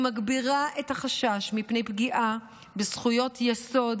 היא מגבירה את החשש מפני פגיעה בזכויות יסוד